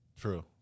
True